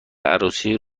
عروسی